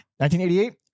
1988